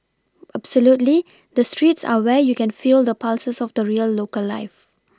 absolutely the streets are where you can feel the pulses of the real local life